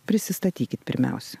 prisistatykit pirmiausia